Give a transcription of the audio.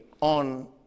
on